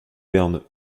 perdre